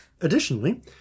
additionally